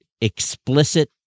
explicit